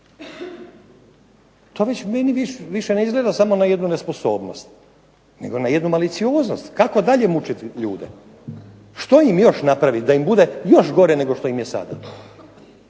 To meni više ne izgleda samo na jednu nesposobnost, nego na jednu malicioznost. Kako dalje mučiti ljude, što im još napraviti da im bude još gore nego što im je sada,